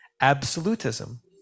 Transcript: absolutism